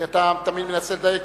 כי אתה תמיד מנסה לדייק.